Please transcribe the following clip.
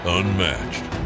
unmatched